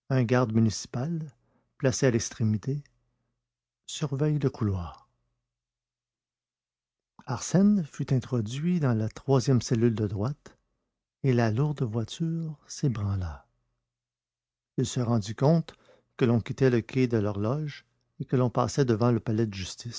un garde municipal placé à l'extrémité surveille le couloir arsène fut introduit dans la troisième cellule de droite et la lourde voiture s'ébranla il se rendit compte que l'on quittait le quai de l'horloge et que l'on passait devant le palais de justice